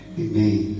amen